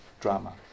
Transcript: drama